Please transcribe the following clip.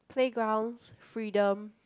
playgrounds freedom